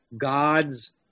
God's